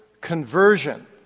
conversion